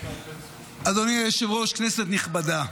אדוני היושב-ראש, כנסת נכבדה,